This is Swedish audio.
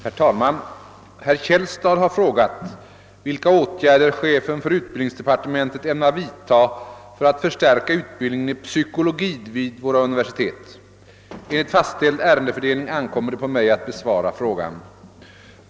Herr talman! Herr Källstad har frågat vilka åtgärder chefen för utbildningsdepartementet ämnar vidta för att förstärka utbildningen i Psykologi vid våra universitet. Enligt fastställd ärendefördelning ankommer det på mig att besvara frågan.